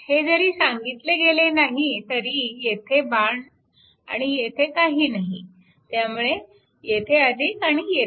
हे जरी सांगितले गेले नाही तरी येथे बाण आणि येथे काही नाही त्यामुळे येथे आणि येथे